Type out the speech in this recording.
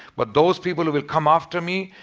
but those people who will come after me,